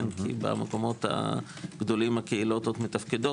כי במקומות הגדולים הקהילות עוד מתפקדות.